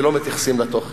ולא מתייחסים לתוכן.